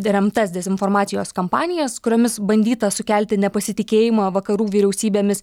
remtas dezinformacijos kampanijas kuriomis bandyta sukelti nepasitikėjimą vakarų vyriausybėmis